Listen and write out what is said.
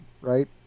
right